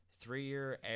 three-year